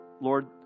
Lord